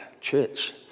church